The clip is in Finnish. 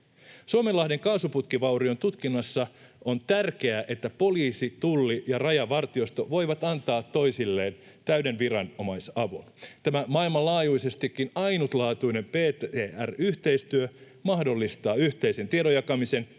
Suomenlahden kaasuputkivaurion tutkinnassa on tärkeää, että poliisi, Tulli ja Rajavartiosto voivat antaa toisilleen täyden viranomaisavun. Tämä maailmanlaajuisestikin ainutlaatuinen PTR-yhteistyö mahdollistaa yhteisen tiedon jakamisen,